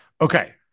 okay